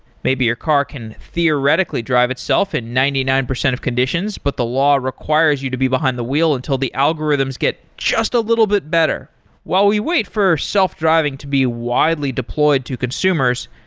maybe your car can theoretically drive itself in ninety nine percent of conditions, but the law requires you to be behind the wheel until the algorithms get just a little bit better while we wait for self-driving to be widely deployed to consumers,